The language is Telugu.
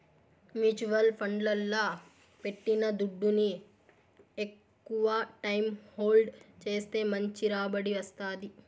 మ్యూచువల్ ఫండ్లల్ల పెట్టిన దుడ్డుని ఎక్కవ టైం హోల్డ్ చేస్తే మంచి రాబడి వస్తాది